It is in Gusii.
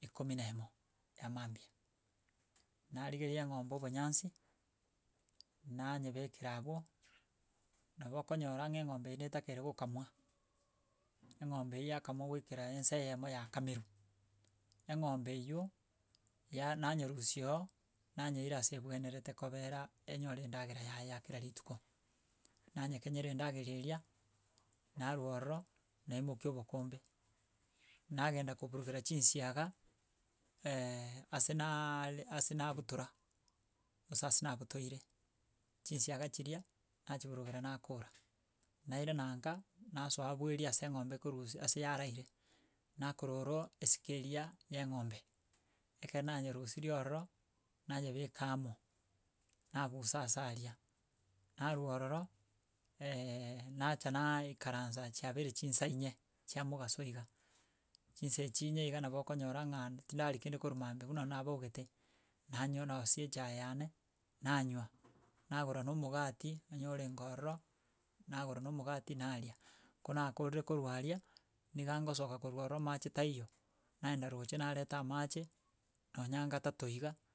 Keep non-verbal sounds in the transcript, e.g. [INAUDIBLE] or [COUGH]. ikomi na emo ya mambia, narigereria eng'ombe obonyansi nanyebekera abwo, nabo okonyora ng'a eng'ombe eywo netakeire kokamwa eng'ombe eywo yakamwa goikera ense eyemo yakamerwu, eng'ombe eywo ya nanyerusia oo nanyeira ase ebwenerete kobera enyore endagera yaye ya kera rituko. Nanyekera endagera eria narwo ororo, naimoki obokombe, nagenda koburugera chinsiaga [HESITATION] ase naaaare ase nabutora, gose ase nabutoire, chinsiaga chiria nachiburugera nakora. Nairana nka,, nasoa bweeri ase eng'ombe ekorusi ase yaraire, nakorora esike eria ya eng'ombe, ekero nanyerusirie ororo nanyebeka amo, naabusa asa aria, narwo ororo, [HESITATION] nacha naaaikaransa chiabeire chinsa inye chia mogaso iga, chinsa echi inye iga nabo okonyora ng'a tindari kende korwa mambia buna nabogete, nanyonosia echae yane, nanywa nagora na omogati onye orenge ororo, nagora na omogati naria, ko nakorire korwa aria, niga ngosoka korwa ororo amache taiyo, naenda roche nareta amache, nonya gatato iga.